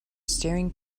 staring